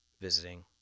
visiting